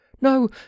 No